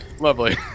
Lovely